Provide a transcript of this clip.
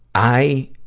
i,